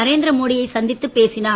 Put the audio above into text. நரேந்திர மோடியை சந்தித்து பேசினார்